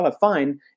fine